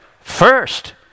first